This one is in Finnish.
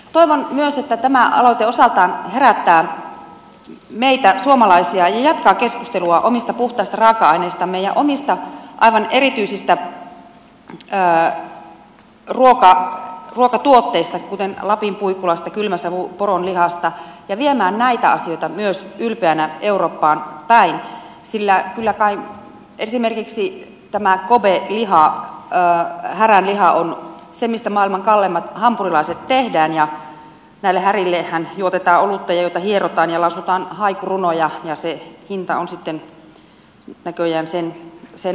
toivon myös että tämä aloite osaltaan herättää meitä suomalaisia jatkamaan keskustelua omista puhtaista raaka aineistamme ja omista aivan erityisistä ruokatuotteista kuten lapin puikulasta kylmäsavuporonlihasta ja viemään näitä asioita ylpeänä eurooppaan päin sillä kyllä kai esimerkiksi tämä kobe häränliha on se mistä maailman kalleimmat hampurilaiset tehdään ja näille härillehän juotetaan olutta ja niitä hierotaan ja niille lausutaan haikurunoja ja se hinta tulee sitten näköjään sen myötä